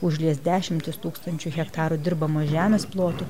užlies dešimtis tūkstančių hektarų dirbamos žemės plotų